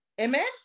amen